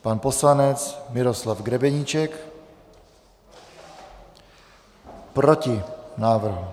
Pan poslanec Miroslav Grebeníček: Proti návrhu.